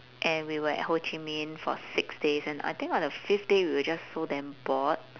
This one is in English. and we were at ho chi minh for six days and I think on the fifth day we were just so damn bored